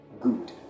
Good